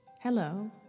Hello